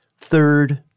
third